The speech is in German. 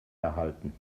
erhalten